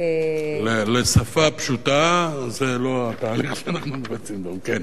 לשפה פשוטה, זה לא התהליך שאנחנו מבצעים, כן.